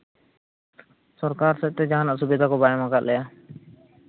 ᱥᱚᱨᱠᱟᱨ ᱥᱮᱫ ᱛᱮ ᱡᱟᱦᱟᱱᱟᱜ ᱠᱚ ᱥᱩᱵᱤᱫᱷᱟ ᱠᱚ ᱵᱟᱭ ᱮᱢ ᱟᱠᱟᱫ ᱞᱮᱭᱟ